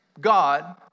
God